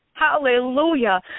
Hallelujah